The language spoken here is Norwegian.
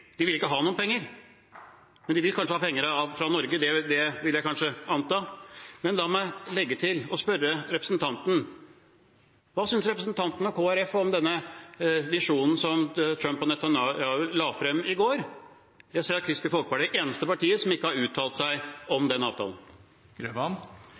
De vil ikke ha noen penger. Men de vil kanskje ha penger fra Norge. Det vil jeg kanskje anta. Men la meg legge til og spørre representanten: Hva synes representanten og Kristelig Folkeparti om den visjonen som Trump og Netanyahu la frem i går? Jeg ser at Kristelig Folkeparti er det eneste partiet som ikke har uttalt seg om